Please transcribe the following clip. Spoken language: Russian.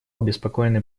обеспокоены